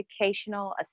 educational